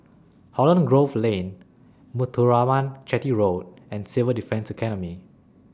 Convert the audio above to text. Holland Grove Lane Muthuraman Chetty Road and Civil Defence Academy